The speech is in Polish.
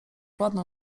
ładną